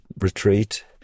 retreat